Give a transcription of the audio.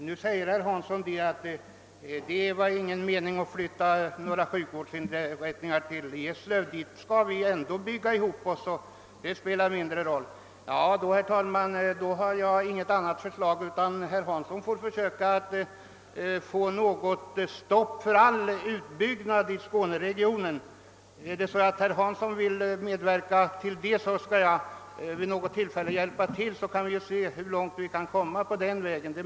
Herr talman! Herr Hansson i Skegrie säger nu att det inte är någon mening med att flytta några sjukvårdsinrättningar till Eslöv, eftersom Malmö och Lund ändå kommer att byggas ihop med denna stad. I så fall har jag inget annat förslag än att herr Hansson får försöka stoppa all utbyggnad inom Skåne. Om herr Hansson vill göra det skall jag vid något tillfälle försöka bistå honom i hans strävanden för att se hur långt man kan komma på denna väg.